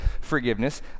Forgiveness